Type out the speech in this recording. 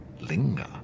linger